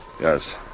Yes